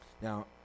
now